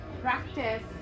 practice